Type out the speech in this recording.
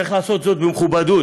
צריך לעשות זאת במכובדות.